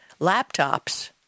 laptops